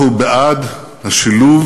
אנחנו בעד השילוב